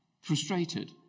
Frustrated